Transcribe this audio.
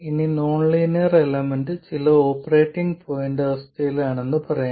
ഇനി nonlinear element ചില operating point അവസ്ഥയിലാണെന്ന് പറയാം